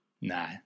No